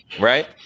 right